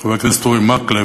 חבר הכנסת אורי מקלב.